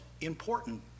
important